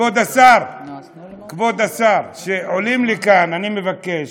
כבוד השר, כבוד השר, כשעולים לכאן, אני מבקש,